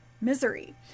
misery